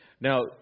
Now